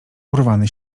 urwany